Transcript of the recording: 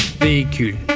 véhicule